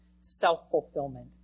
self-fulfillment